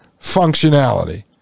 functionality